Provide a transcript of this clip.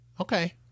Okay